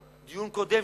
דיון קודם,